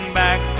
back